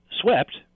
swept